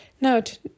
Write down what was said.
Note